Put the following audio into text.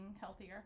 healthier